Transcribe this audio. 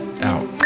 out